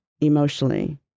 emotionally